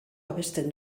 abesten